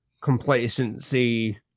complacency